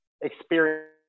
experience